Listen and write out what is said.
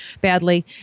badly